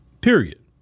Period